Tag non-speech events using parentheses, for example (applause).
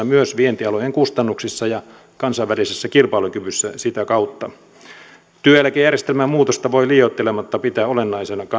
(unintelligible) myös vientialojen kustannuksissa ja kansainvälisessä kilpailukyvyssä sitä kautta työeläkejärjestelmän muutosta voi liioittelematta pitää olennaisena kansantaloutemme